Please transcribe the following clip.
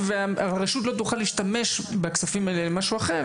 והרשות לא תוכל להשתמש בכספים האלו למשהו אחר.